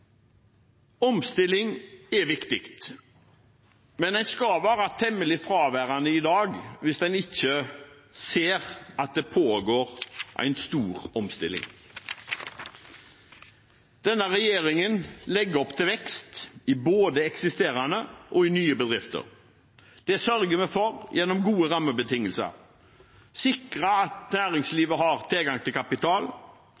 Omstilling er viktig, men en skal være temmelig fraværende hvis en ikke ser at det i dag pågår en stor omstilling. Denne regjeringen legger opp til vekst i både eksisterende og nye bedrifter. Det sørger vi for gjennom gode rammebetingelser og gjennom å sikre at